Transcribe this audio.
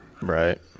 Right